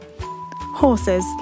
Horses